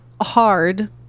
hard